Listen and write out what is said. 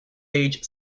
age